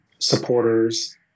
supporters